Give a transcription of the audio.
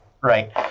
right